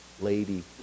lady